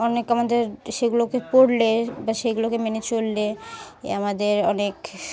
অনেক আমাদের সেগুলোকে পড়লে বা সেগুলোকে মেনে চললে আমাদের অনেক